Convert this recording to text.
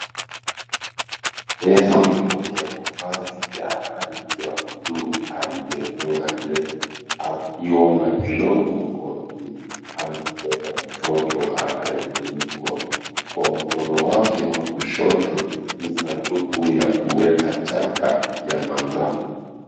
Mwizi mwenye mavazi ya rangi ya blue aliyefunga nywele akiwa na glovu mkononi, amebeba mtoto anayefunikwa. Kwa mkono wake wa kushoto, ni sanduku ya kuweka taka ya manjano.